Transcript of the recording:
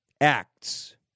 acts